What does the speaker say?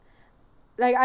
like I